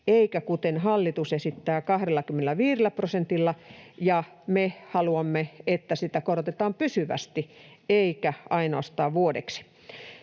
eikä kuten hallitus esittää 25 prosentilla, ja me haluamme, että niitä korotetaan pysyvästi eikä ainoastaan vuodeksi.